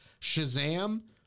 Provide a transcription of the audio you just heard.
Shazam